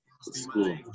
school